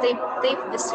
taip taip visi